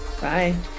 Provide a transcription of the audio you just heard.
Bye